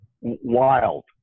wild